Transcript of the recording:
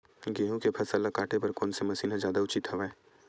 गेहूं के फसल ल काटे बर कोन से मशीन ह जादा उचित हवय?